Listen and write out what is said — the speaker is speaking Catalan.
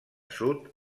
sud